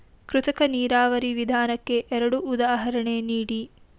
ಕೃತಕ ನೀರಾವರಿ ವಿಧಾನಕ್ಕೆ ಎರಡು ಉದಾಹರಣೆ ನೀಡಿ?